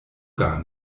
gar